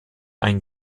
ein